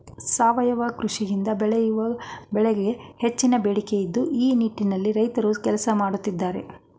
ಸಾವಯವ ಕೃಷಿಯಿಂದ ಬೆಳೆಯುವ ಬೆಳೆಗಳಿಗೆ ಹೆಚ್ಚಿನ ಬೇಡಿಕೆ ಇದ್ದು ಈ ನಿಟ್ಟಿನಲ್ಲಿ ರೈತ್ರು ಕೆಲಸ ಮಾಡತ್ತಿದ್ದಾರೆ